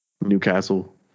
Newcastle